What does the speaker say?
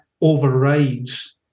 overrides